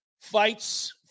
fights